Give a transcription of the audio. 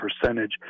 percentage